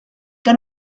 que